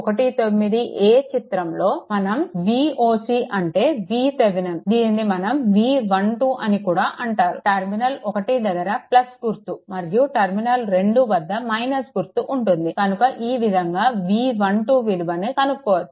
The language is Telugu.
19 a చిత్రంలో మనం Voc అంటే VThevenin దీనిని మనం V12 అని కూడా అంటారు టర్మినల్ 1 దగ్గర గుర్తు మరియు టర్మినల్ 2 వద్ద - గుర్తు ఉంటుంది కనుక ఈ విధంగా V12 విలువను కనుక్కోవచ్చు